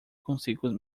consigo